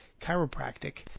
chiropractic